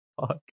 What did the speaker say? Fuck